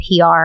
PR